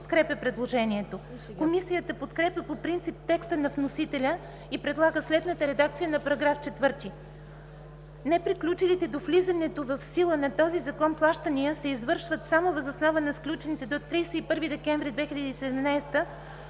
Комисията подкрепя по принцип текста на вносителя и предлага следната редакция на § 4: „§ 4. Неприключилите до влизането в сила на този закон плащания се извършват само въз основа на сключените до 31 декември 2017